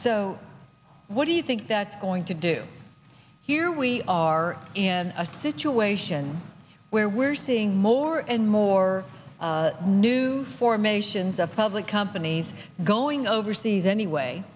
so what do you think that going to do here we are in a situation where we're seeing more and more new formations of public companies going overseas anyway